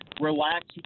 relax